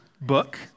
book